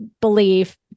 believe